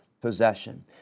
possession